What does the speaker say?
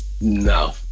No